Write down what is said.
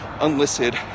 unlisted